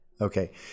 Okay